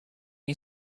you